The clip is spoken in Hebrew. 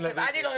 אני לא יודעת.